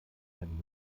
einen